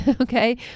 Okay